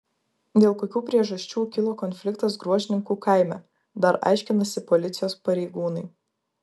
dėl kokių priežasčių kilo konfliktas gruožninkų kaime dar aiškinasi policijos pareigūnai